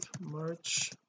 March